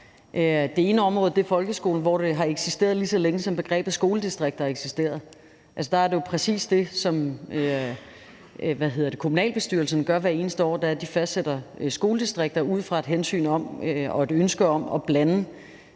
Det ene område er folkeskolen, hvor det har eksisteret, lige så længe som begrebet skoledistrikt har eksisteret. Der er det jo præcis det, som kommunalbestyrelserne gør hver eneste år. De fastsætter skoledistrikter ud fra et hensyn om og et ønske om at blande